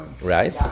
right